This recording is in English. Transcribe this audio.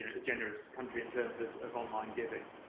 and a generous country in terms of of online giving.